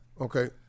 Okay